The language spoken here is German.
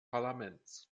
parlaments